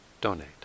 donate